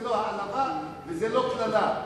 זו לא העלבה וזה לא קללה.